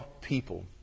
people